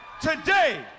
Today